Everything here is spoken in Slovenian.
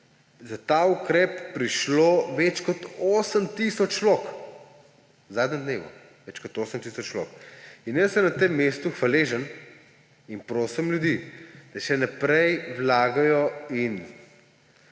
za ta ukrep prišlo več kot 8 tisoč vlog. V zadnjem dnevu več kot 8 tisoč vlog. In jaz sem na tem mestu hvaležen in prosim ljudi, da še naprej vlagajo in